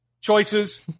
choices